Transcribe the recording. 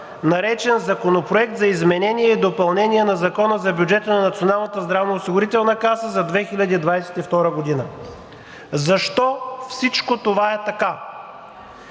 Законопроект за изменение и допълнение на Закона за бюджета на Националната здравноосигурителна каса за 2022 г. Защо всичко това е така?